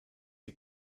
die